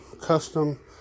custom